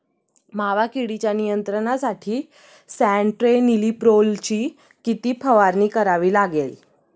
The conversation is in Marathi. मावा किडीच्या नियंत्रणासाठी स्यान्ट्रेनिलीप्रोलची किती फवारणी करावी लागेल?